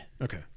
Okay